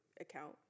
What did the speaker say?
Account